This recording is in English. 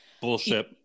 bullshit